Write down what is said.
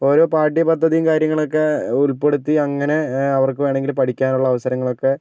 ഓരോ പാഠ്യപദ്ധതിയും കാര്യങ്ങളൊക്കെ ഉൾപ്പെടുത്തി അങ്ങനെ അവർക്ക് വേണമെങ്കില് പഠിക്കാനുള്ള അവസരങ്ങളൊക്കെ